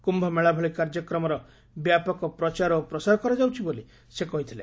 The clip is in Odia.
କ୍ୟୁମେଳା ଭଳି କାର୍ଯ୍ୟକ୍ରମର ବ୍ୟାପକ ପ୍ରଚାର ଓ ପ୍ରସାର କରାଯାଉଛି ବୋଲି ସେ କହିଥିଲେ